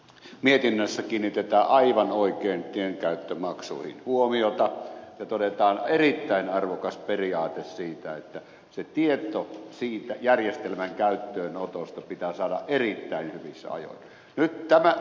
mietinnössä kiinnitetään aivan oikein tienkäyttömaksuihin huomiota ja todetaan erittäin arvokas periaate siitä että se tieto siitä järjestelmän käyttöönotosta pitää saada erittäin hyvissä ajoin